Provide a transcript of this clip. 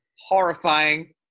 horrifying